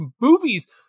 movies